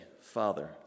Father